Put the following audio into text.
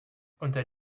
unter